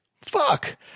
fuck